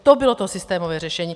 To bylo to systémové řešení.